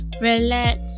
relax